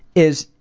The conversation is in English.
is.